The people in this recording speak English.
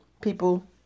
People